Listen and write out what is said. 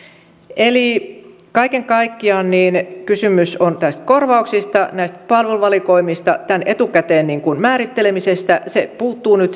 eli kaiken kaikkiaan kysymys on näistä korvauksista näistä palveluvalikoimista tämän etukäteen määrittelemisestä